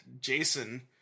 Jason